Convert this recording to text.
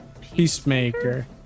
Peacemaker